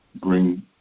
bring